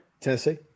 Tennessee